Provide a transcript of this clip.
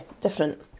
different